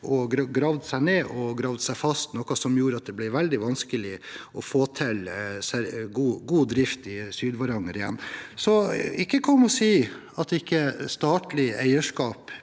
jernressursene og gravde seg fast, noe som gjorde at det ble veldig vanskelig å få til god drift i Sydvaranger igjen. Kom ikke og si at statlig eierskap